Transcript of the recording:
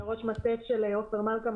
ראש מטה של עופר מלכה,